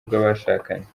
bw’abashakanye